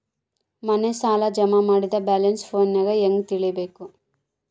ಮನೆ ಸಾಲ ಜಮಾ ಮಾಡಿದ ಬ್ಯಾಲೆನ್ಸ್ ಫೋನಿನಾಗ ಹೆಂಗ ತಿಳೇಬೇಕು?